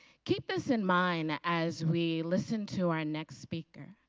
keep this in mind as we listen to our next speaker.